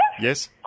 Yes